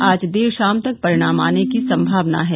आज देर शाम तक परिणाम आने की संभावना है